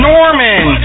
Norman